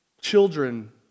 children